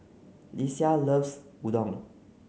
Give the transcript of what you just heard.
Lesia loves Udon